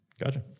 Gotcha